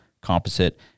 composite